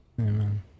Amen